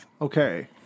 Okay